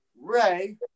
Ray